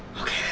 Okay